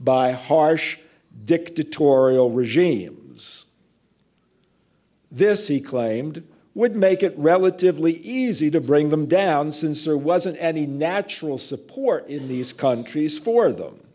by harsh dictatorial regimes this he claimed would make it relatively easy to bring them down since there wasn't any natural support in these countries for them